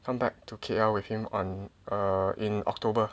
come back to K_L with him on err in October